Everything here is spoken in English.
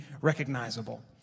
recognizable